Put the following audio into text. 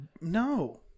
No